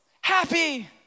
happy